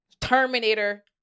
Terminator